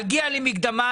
מגיע לי מקדמה,